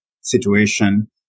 situation